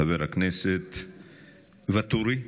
חבר הכנסת ואטורי.